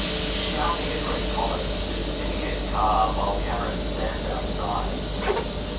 he's shouting at greg thomas who's sitting in his car while karen stands outside filming.